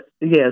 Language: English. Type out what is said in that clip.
yes